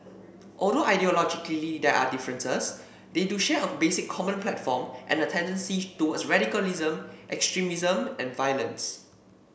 although ideologically there are differences they do share a basic common platform and a tendency towards radicalism extremism and violence